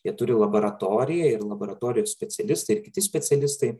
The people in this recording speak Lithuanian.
jie turi laboratoriją ir laboratorijos specialistai ir kiti specialistai